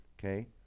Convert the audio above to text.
Okay